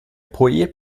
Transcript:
poet